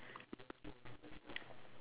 yellow colour duck